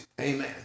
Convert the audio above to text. Amen